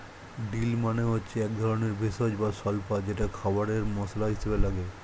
deal মানে হচ্ছে একধরনের ভেষজ বা স্বল্পা যেটা খাবারে মসলা হিসেবে লাগে